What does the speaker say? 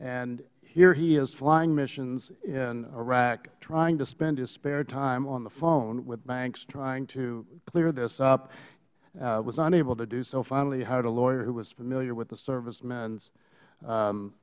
and here he is flying missions in iraq trying to spend his spare time on the phone with banks trying to clear this up was unable to do so finally he hired a lawyer who was familiar with the servicemen's